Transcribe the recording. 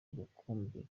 rukumbi